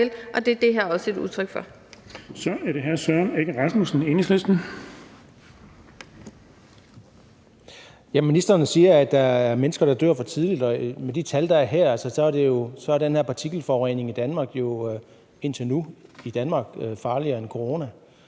er det hr. Søren Egge Rasmussen, Enhedslisten. Kl. 13:53 Søren Egge Rasmussen (EL): Ministeren siger, at der er mennesker, der dør for tidligt, og med de tal, der er her, er den her partikelforurening i Danmark indtil nu farligere end corona.